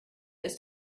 ist